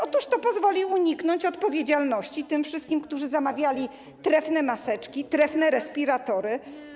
Otóż to pozwoli uniknąć odpowiedzialności tym wszystkim, którzy zamawiali trefne maseczki, trefne respiratory.